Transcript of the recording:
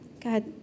God